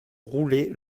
rouler